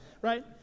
right